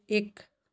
ਇੱਕ